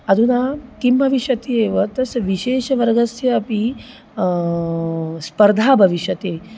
अधुना किं भविष्यति एव तस्य विशेषवर्गस्य अपि स्पर्धा भविष्यति